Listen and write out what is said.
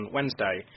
Wednesday